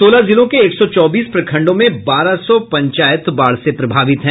सोलह जिलों के एक सौ चौबीस प्रखंडों में बारह सौ पंचायत बाढ़ से प्रभावित हैं